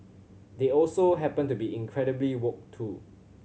they also happen to be incredibly woke too